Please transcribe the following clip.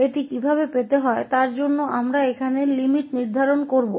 इसे कैसे प्राप्त करें तो हम यहां केवल लिमिट निर्धारित करेंगे